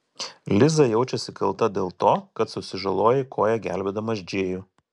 liza jaučiasi kalta dėl to kad susižalojai koją gelbėdamas džėjų